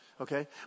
Okay